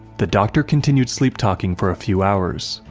the doctor continued sleep-talking for a few hours,